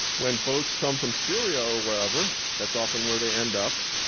when boats come from syria, or wherever, that's often where they end up.